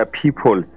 people